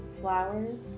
flowers